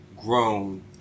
Grown